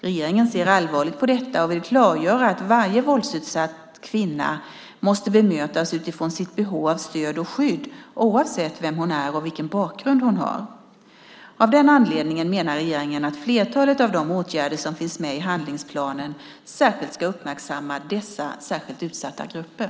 Regeringen ser allvarligt på detta och vill klargöra att varje våldsutsatt kvinna måste bemötas utifrån sitt behov av stöd och skydd, oavsett vem hon är och vilken bakgrund hon har. Av den anledningen menar regeringen att flertalet av de åtgärder som finns med i handlingsplanen särskilt syftar till att uppmärksamma dessa särskilt utsatta grupper.